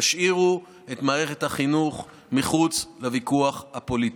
תשאירו את מערכת החינוך מחוץ לוויכוח הפוליטי.